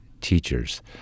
teachers